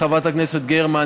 חברת הכנסת גרמן,